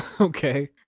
Okay